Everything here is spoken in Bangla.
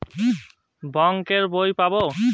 বাংক এর বই পাবো?